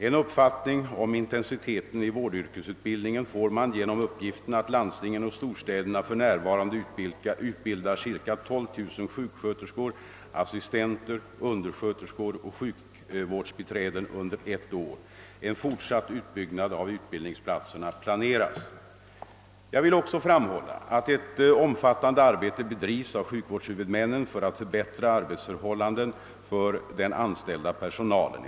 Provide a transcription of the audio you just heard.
En uppfattning om intensiteten i vårdyrkesutbildningen får man genom uppgiften att landstingen och storstäderna för närvarande utbildar cirka 12000 sjuksköterskor, assistenter, undersköterskor och sjukvårdsbiträden under ett år. En fortsatt utbyggnad av utbildningsplatserna planeras. Jag vill också framhålla, att ett omfattande arbete bedrivs av sjukvårdshuvudmännen för att förbättra arbetsförhållandena för den anställda personalen.